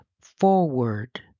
forward